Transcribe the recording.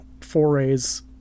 forays